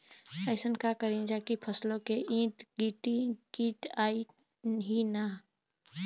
अइसन का करल जाकि फसलों के ईद गिर्द कीट आएं ही न?